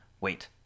Wait